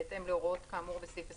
בהתאם להוראות כאמור בסעיף 22,